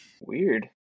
Weird